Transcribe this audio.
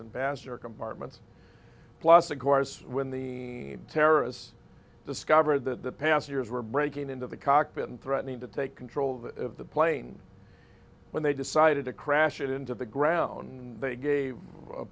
and bass or compartments plus of course when the terrorists discovered that the passengers were breaking into the cockpit and threatening to take control of the plane when they decided to crash it into the ground and they gave a